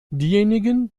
diejenigen